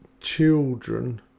children